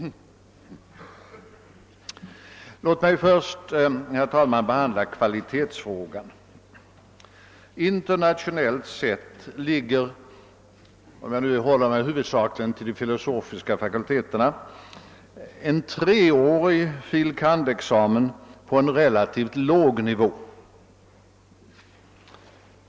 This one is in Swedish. Låt mig först herr talman behandla kvalitetsfrågan. Internationellt sctt ligger, om jag nu håller mig huvudsakligen till de filosofiska fakulteterna, en treårig utbildning med fil. kand.-examen på en relativt låg nivå.